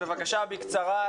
בבקשה, בקצרה.